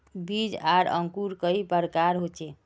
बीज आर अंकूर कई प्रकार होचे?